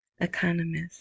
Economist